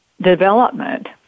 development